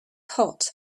hot